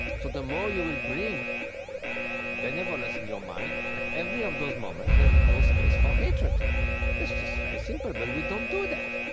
so the more you will bring benevolence in your mind at every of those moments, there's no space for hatred that's just very simple, but we don't do that.